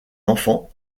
enfant